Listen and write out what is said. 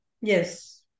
Yes